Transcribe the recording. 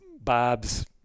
Bob's